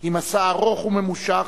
היא מסע ארוך וממושך,